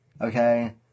Okay